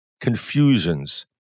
confusions